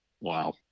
Wow